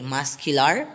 Muscular